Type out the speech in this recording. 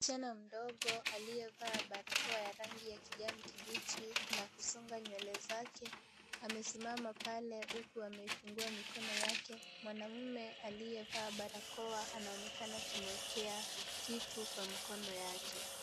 Msichana mdogo, aliyevaa barakoa ya rangi ya kijani kibichi na kusonga nywele zake, amesimama pale huku amefungua mikono yake. Mwanaume aliyevaa barakoa anaonekana akimwekea kitu kwa mkono yake.